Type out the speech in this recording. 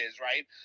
right